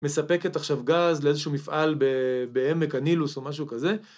מספקת עכשיו גז לאיזשהו מפעל בעמק הנילוס או משהו כזה.